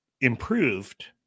improved